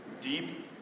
deep